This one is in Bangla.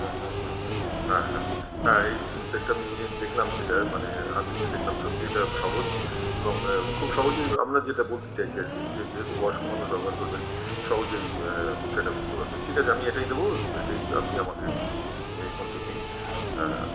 হুম হুম হুম হুম হুম হ্যাঁ হ্যাঁ হ্যাঁ এই সেটটা আমি নিয়ে দেখলাম যেটা মানে হাতে নিয়ে দেখলাম সত্যি এটা সহজ এবং খুব সহজেই আমরা যেটা বলতে চাইছি আর কি যে যেহেতু বয়স্ক মানুষ ব্যবহার করবেন সহজেই সেটা করতে পারবেন ঠিক আছে আমি এটাই নেবো এটাই আপনি আমাকে এই ফোনটিই দিন